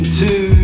two